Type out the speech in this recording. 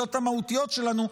ההסתייגויות המהותיות שלנו,